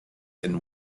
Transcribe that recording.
and